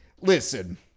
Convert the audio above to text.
listen